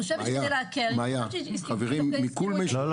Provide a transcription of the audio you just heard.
מאיה, אני רק רוצה להגיד -- צחי